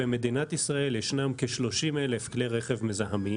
במדינת ישראל ישנם כ-30,000 כלי רכב מזהמים